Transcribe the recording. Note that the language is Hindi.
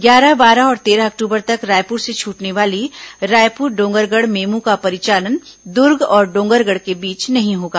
ग्यारह बारह और तेरह अक्टूबर तक रायपुर से छूटने वाली रायपुर डोंगरगढ़ मेमू का परिचालन दुर्ग और डोंगरगढ़ के बीच नहीं होगा